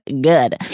good